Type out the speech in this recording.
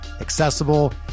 accessible